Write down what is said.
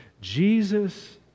Jesus